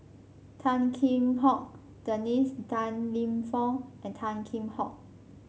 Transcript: Tan Kheam Hock Dennis Tan Lip Fong and Tan Kheam Hock